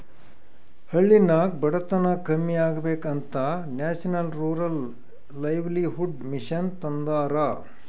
ಹಳ್ಳಿನಾಗ್ ಬಡತನ ಕಮ್ಮಿ ಆಗ್ಬೇಕ ಅಂತ ನ್ಯಾಷನಲ್ ರೂರಲ್ ಲೈವ್ಲಿಹುಡ್ ಮಿಷನ್ ತಂದಾರ